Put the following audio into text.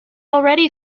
already